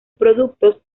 productos